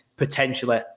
potentially